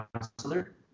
counselor